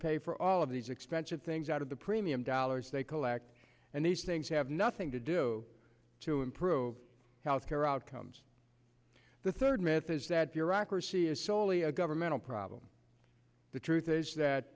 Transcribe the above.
pay for all of these expensive things out of the premium dollars they collect and these things have nothing to do to improve healthcare outcomes the third myth is that bureaucracy is soley a governmental problem the truth is that